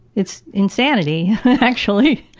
it's insanity actually.